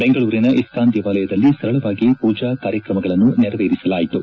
ಬೆಂಗಳೂರಿನ ಇಸ್ಕಾನ್ ದೇವಾಲಯದಲ್ಲಿ ಸರಳವಾಗಿ ಪೂಜಾ ಕಾರ್ಯಕ್ರಮಗಳನ್ನು ನೆರವೇರಿಸಲಾಯಿತು